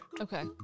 Okay